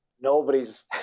nobody's